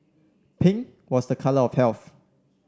pink was the colour of health